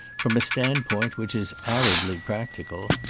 from a standpoint which is aridly practical.